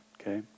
Okay